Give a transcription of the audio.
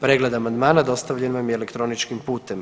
Pregled amandmana dostavljen vam je elektroničkim putem.